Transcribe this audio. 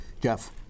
Jeff